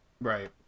right